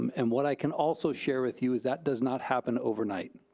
um and what i can also share with you is that does not happen overnight.